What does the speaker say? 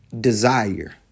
desire